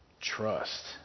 Trust